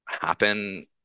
happen